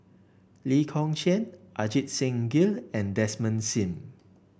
Lee Kong Chian Ajit Singh Gill and Desmond Sim